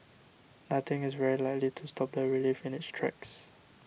nothing is very likely to stop the relief in its tracks